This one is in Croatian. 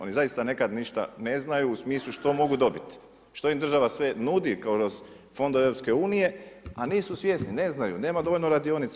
Oni zaista nekad ništa ne znaju u smislu što mogu dobiti, što im država sve nudi kroz fondove EU, a nisu svjesni, ne znaju, nema dovoljno radionica.